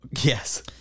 Yes